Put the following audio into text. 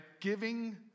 Giving